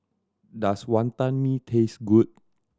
does Wantan Mee taste good